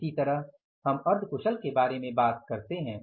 इसी तरह हम अर्ध कुशल के बारे में बात करते हैं